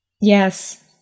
Yes